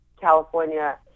California